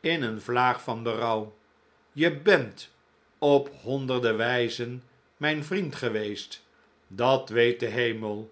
in een vlaag van berouw je bent op honderden wijzen mijn vriend geweest dat weet de hemel